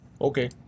Okay